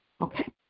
Okay